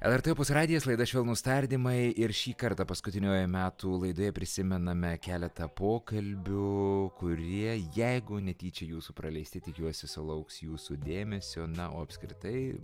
lrt opus radijas laida švelnūs tardymai ir šį kartą paskutinioje metų laidoje prisimename keletą pokalbių kurie jeigu netyčia jūsų praleisti tikiuosi sulauks jūsų dėmesio na o apskritai